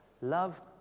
love